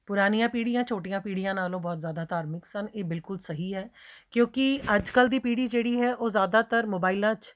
ਪੁਰਾਣੀਆ ਪੀੜ੍ਹੀਆਂ ਛੋਟੀਆਂ ਪੀੜ੍ਹੀਆਂ ਨਾਲੋਂ ਬਹੁਤ ਜ਼ਿਆਦਾ ਧਾਰਮਿਕ ਸਨ ਇਹ ਬਿਲਕੁਲ ਸਹੀ ਹੈ ਕਿਉਂਕਿ ਅੱਜ ਕੱਲ੍ਹ ਦੀ ਪੀੜ੍ਹੀ ਜਿਹੜੀ ਹੈ ਉਹ ਜ਼ਿਆਦਾਤਰ ਮੋਬਾਈਲਾਂ 'ਚ